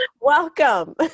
welcome